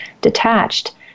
detached